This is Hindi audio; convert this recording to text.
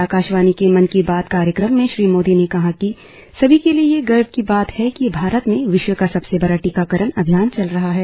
आकाशवाणी से मन की बात कार्यक्रम में श्री मोदी ने कहा कि सभी के लिए यह गर्व की बात है कि भारत में विश्व का सबसे बड़ा टीकाकरण अभियान चल रहा है